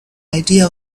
idea